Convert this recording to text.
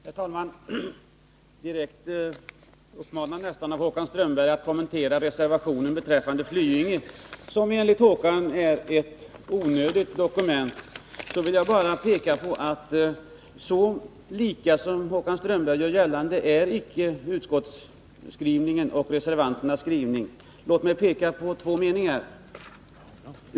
Herr talman! Nästan direkt uppmanad av Håkan Strömberg att kommentera reservationen beträffande Flyinge, som enligt Håkan Strömberg är ett onödigt dokument, vill jag bara peka på att utskottets skrivning och reservanternas skrivning inte är så lika som Håkan Strömberg gör gällande. Låt mig peka på två meningar.